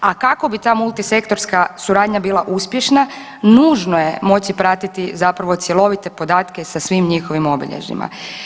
A kako bi ta multisektorska suradnja bila uspješna nužno je moći pratiti zapravo cjelovite podatke sa svim njihovim obilježjima.